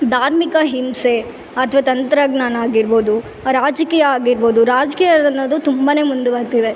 ಧಾರ್ಮಿಕ ಹಿಂಸೆ ಅಥ್ವ ತಂತ್ರಜ್ಞಾನ ಆಗಿರ್ಬೌದು ರಾಜಕೀಯ ಆಗಿರ್ಬೌದು ರಾಜಕೀಯ ಅನ್ನೋದು ತುಂಬಾ ಮುಂದುವರೆದಿದೆ